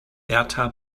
berta